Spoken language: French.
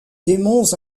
démons